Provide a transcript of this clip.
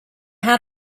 how